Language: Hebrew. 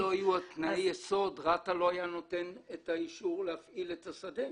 אם לא היו תנאי היסוד רת"א לא היה נותן את האישור להפעיל את השדה.